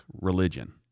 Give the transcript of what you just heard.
religion